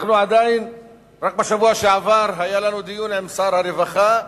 רק בשבוע שעבר היה לנו דיון עם שר הרווחה,